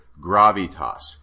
gravitas